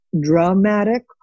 dramatic